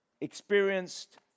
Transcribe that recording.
experienced